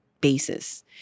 basis